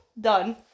done